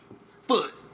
foot